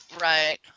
Right